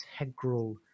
integral